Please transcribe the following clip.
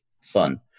fun